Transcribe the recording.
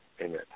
Amen